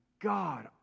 God